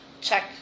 check